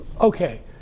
okay